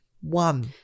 One